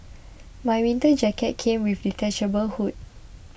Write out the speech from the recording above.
my winter jacket came with a detachable hood